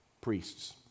priests